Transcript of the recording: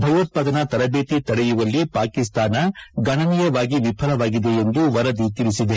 ಭಯೋತ್ಪಾದನಾ ತರಬೇತಿ ತಡೆಯುವಲ್ಲಿ ಪಾಕಿಸ್ತಾನ ಗಣನೀಯವಾಗಿ ವಿಫಲವಾಗಿದೆ ಎಂದು ವರದಿ ತಿಳಿಸಿದೆ